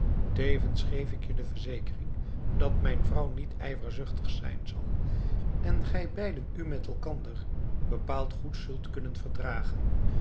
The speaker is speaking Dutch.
tevens geef ik je de verzekering dat mijn vrouw niet ijverzuchtig zijn zal en gij beiden u met elkander bepaald goed zult kunnen verdragen